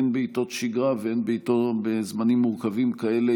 הן בעיתות שגרה והן בזמנים מורכבים כאלה,